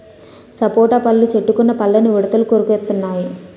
సపోటా పళ్ళు చెట్టుకున్న పళ్ళని ఉడతలు కొరికెత్తెన్నయి